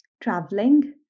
traveling